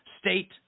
state